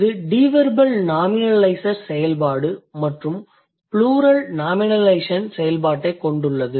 இது deverbal nominaliser செயல்பாடு மற்றும் ப்ளூரல் நாமினலைசேஷன் செயல்பாட்டைக் கொண்டுள்ளது